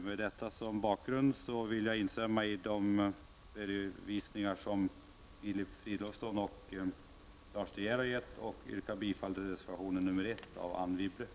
Med detta som bakgrund vill jag instämma i de redovisningar som Filip Fridolfsson och Lars De Geer har gett, och jag yrkar bifall till reservation 1 av Anne Wibble.